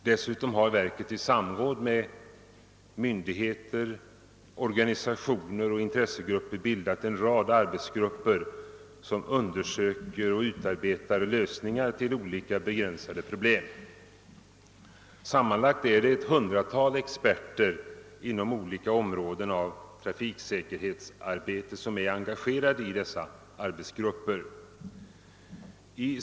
Dessutom har verket i samråd med myndigheter, organisationer och intressegrupper bildat en rad arbetsgrupper som undersöker och utarbetar lösningar till olika begränsade problem. Sammanlagt är det ett hundratal experter inom olika områden av trafiksäkerhetsarbetet som är engagerade i dessa arbetsgrupper.